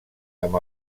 amb